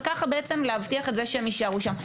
וכך להבטיח את זה שהם יישארו שם.